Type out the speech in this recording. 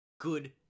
Good